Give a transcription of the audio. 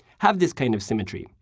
have this kind of symmetry,